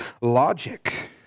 logic